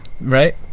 Right